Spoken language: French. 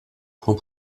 prend